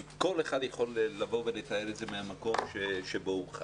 כל אחד יכול לתאר את זה מהמקום שבו הוא חי.